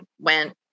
went